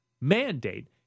mandate